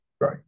Right